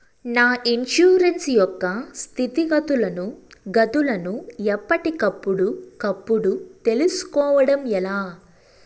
నా ఇన్సూరెన్సు యొక్క స్థితిగతులను గతులను ఎప్పటికప్పుడు కప్పుడు తెలుస్కోవడం ఎలా?